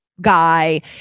guy